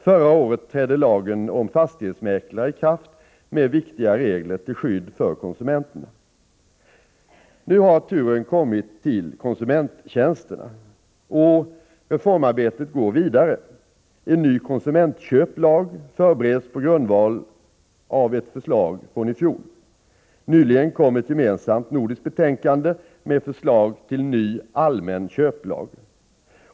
Förra året trädde lagen om fastighetsmäklare i kraft med viktiga regler till skydd för konsumenterna. Nu har turen kommit till konsumenttjänsterna. Och reformarbetet går vidare. En ny konsumentköplag förbereds på grundval av ett förslag från i fjol. Nyligen kom ett gemensamt nordiskt betänkande med förslag till ny allmän köplag.